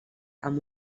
amb